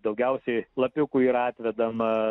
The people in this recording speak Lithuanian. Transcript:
daugiausiai lapiukų yra atvedama